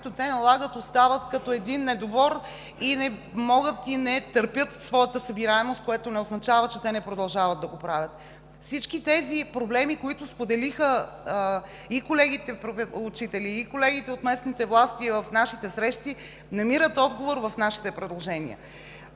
които налагат, остават като един недобор, не могат и не търпят своята събираемост, което не означава, че те не продължават да го правят. Всички тези проблеми, които споделиха и колегите учители, и колегите от местните власти в нашите срещи, намират отговор в предложенията